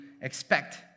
expect